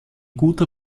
guter